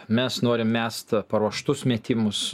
mes norim mest paruoštus metimus